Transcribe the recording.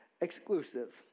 exclusive